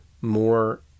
more